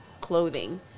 clothing